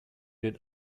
did